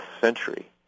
century